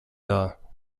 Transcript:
dar